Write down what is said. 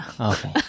Okay